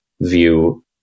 view